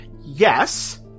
yes